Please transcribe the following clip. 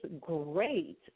great